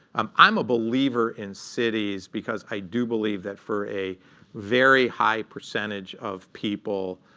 um i'm a believer in cities because i do believe that for a very high percentage of people,